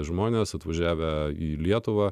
žmonės atvažiavę į lietuvą